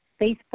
Facebook